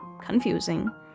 confusing